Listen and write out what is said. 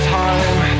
time